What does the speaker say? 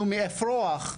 מאפרוח,